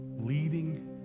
leading